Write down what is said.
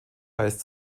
heißt